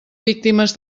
víctimes